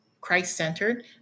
Christ-centered